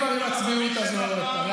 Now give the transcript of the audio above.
רוצה שאחזור ל-48 השעות שלך עם הנייה?